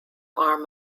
arm